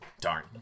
darn